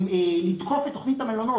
לתקוף את תוכנית המלונות.